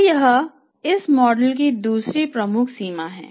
तो यह इस मॉडल की दूसरी प्रमुख सीमा है